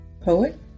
poet